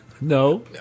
No